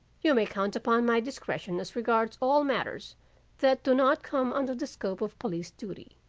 you may count upon my discretion as regards all matters that do not come under the scope of police duty,